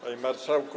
Panie Marszałku!